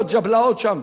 בג'בלאות שם,